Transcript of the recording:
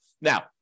Now